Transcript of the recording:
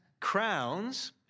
crowns